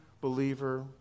believer